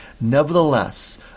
Nevertheless